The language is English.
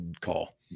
call